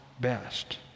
best